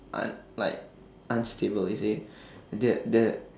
un~ like unstable you see the the